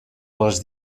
les